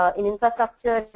ah in infrastructure,